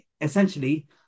essentially